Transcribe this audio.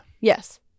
Yes